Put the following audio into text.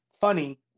funny